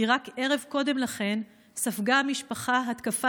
כי רק ערב קודם לכן ספגה המשפחה התקפה